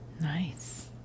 nice